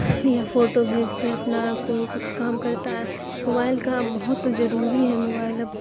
یا فوٹو بھیجتے ہیں اپنا کوئی کچھ کام کرتا ہے موبائل کا بہت ضروری ہے موبائل اب